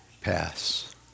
pass